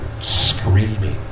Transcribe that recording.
screaming